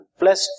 plus